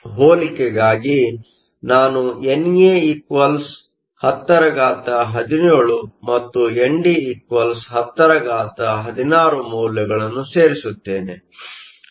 ಹೋಲಿಕೆಗಾಗಿ ನಾನು NA 1017 ಮತ್ತು ND 1016 ಮೌಲ್ಯಗಳನ್ನು ಸೇರಿಸುತ್ತೇನೆ